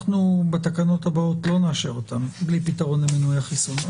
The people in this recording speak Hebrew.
בתקנות הבאות לא נאשר אותם בלי פתרון למנועי החיסון.